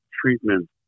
treatment